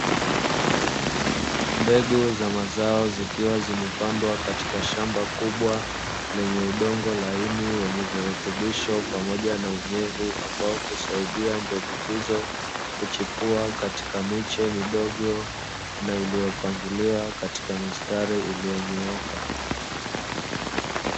Mbegu za mazao zikiwa zimepandwa katika shamba kubwa lenye udongo laini wenye virutubisho pamoja na unyevu, ambapo husaidia mbegu hizo kuchipua katika miche midogo na kupangiliwa katika mistari iliyonyooka.